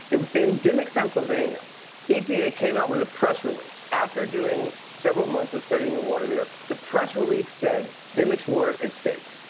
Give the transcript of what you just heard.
and in dimock, pennsylvania epa came out with a press release after several months of studying the water there. the press release said dimock's water is safe.